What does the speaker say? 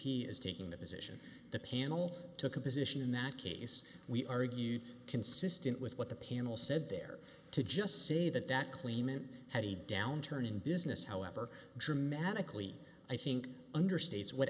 p is taking the position the panel took a position in that case we argued consistent with what the panel said there to just say that that claimant had a downturn in business however dramatically i think